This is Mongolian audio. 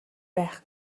байх